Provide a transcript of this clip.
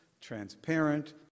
transparent